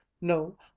no